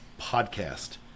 podcast